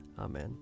Amen